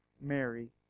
Mary